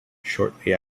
shortly